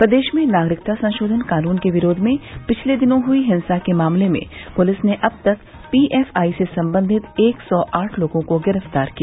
प्रदेश में नागरिकता संशोधन कानून के विरोध में पिछले दिनों हुई हिंसा के मामले में पुलिस ने अब तक पी एफ आई से सम्बंधित एक सौ आठ लोगों को गिरफ्तार किया